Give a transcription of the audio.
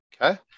okay